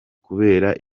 kubera